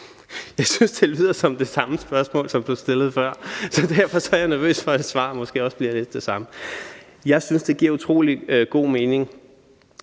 Jeg synes, det lyder som det samme spørgsmål, som ordføreren stillede før, så derfor er jeg nervøs for, at svaret måske også bliver lidt det samme. Jeg synes, det giver utrolig god mening,